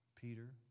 Peter